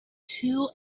two